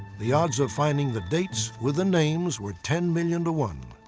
the odds of finding the dates with the names were ten million to one.